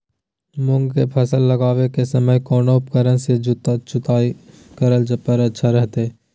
मूंग के फसल लगावे के समय कौन उपकरण से जुताई करला पर अच्छा रहतय?